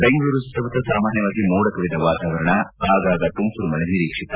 ಬೆಂಗಳೂರು ಸುತ್ತಮುತ್ತ ಸಾಮಾನ್ಯವಾಗಿ ಮೋಡಕವಿದ ವಾತಾವರಣ ಆಗಾಗ ತುಂತುರು ಮಳೆ ನಿರೀಕ್ಷಿತ